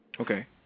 Okay